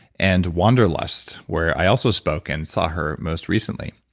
and wanderlust, where i also spoke and saw her most recently